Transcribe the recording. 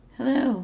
Hello